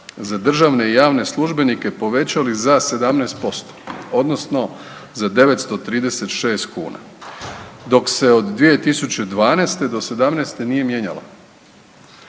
za državne i javne službenike povećali za 17% odnosno za 936 kuna, dok se od 2012. do '17. nije mijenjalo.